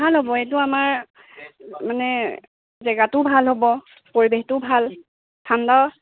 ভাল হ'ব এইটো আমাৰ মানে জেগাটোও ভাল হ'ব পৰিৱেশটো ভাল ঠাণ্ডা